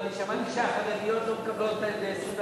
שמעתי שהחרדיות לא מקבלות את ה-24,